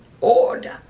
order